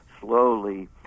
slowly